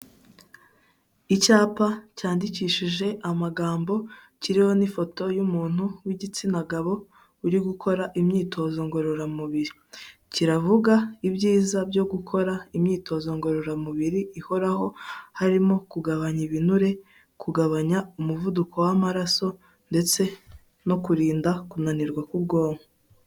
Icyapa cyandikishije amagambo kiriho n'ifoto y'umuntu w'igitsina gabo, uri gukora imyitozo ngororamubiri, kiravuga ibyiza byo gukora imyitozo ngororamubiri ihoraho, harimo kugabanya ibinure, kugabanya umuvuduko w'amaraso ndetse no kurinda kunanirwa k'ubwonko.